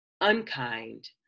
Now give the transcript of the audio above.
unkind